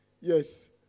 yes